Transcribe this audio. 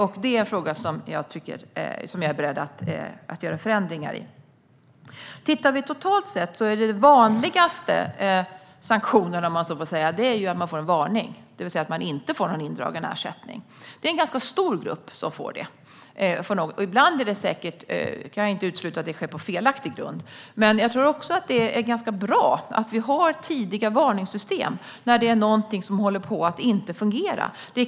Detta är en fråga där jag är beredd att göra förändringar. Totalt sett är den vanligaste sanktionen en varning, och man får inte ersättningen indragen. Gruppen som får en varning är ganska stor. Jag kan inte utesluta att det sker på felaktig grund, men jag tycker ändå att det är bra att vi har tidiga varningssystem som visar att någonting inte fungerar.